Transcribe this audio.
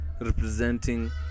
representing